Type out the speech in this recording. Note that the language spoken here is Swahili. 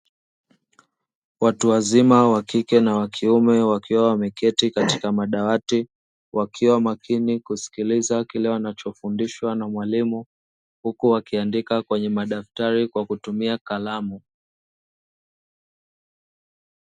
Watu wazima wa kike na wa kiume wakiwa wameketi katika madawati, wakiwa makini kusikiliza kile wanachofundishwa na mwalimu huku wakiandika kwenye madaftari kwa kutumia kalamu.